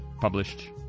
published